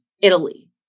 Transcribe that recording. Italy